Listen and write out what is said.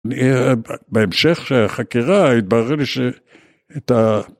בהמשך של החקירה, התברר לי שאת ה...